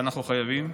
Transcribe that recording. ואנחנו חייבים,